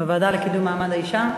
בוועדה לקידום מעמד האישה?